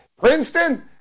Princeton